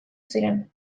ziren